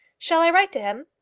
shall i write to him?